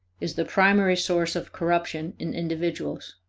is the primary source of corruption in individuals.